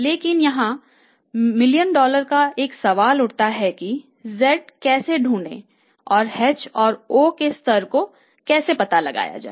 लेकिन यहां million dollar का सवाल उठता है कि z कैसे ढूंढे h और o के स्तर को कैसे ढूंढे